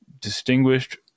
distinguished